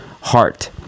heart